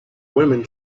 women